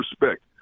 respect